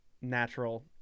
natural